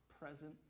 presence